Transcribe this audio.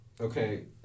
Okay